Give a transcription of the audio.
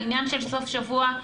העניין של סוף השבוע,